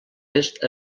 est